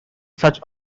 such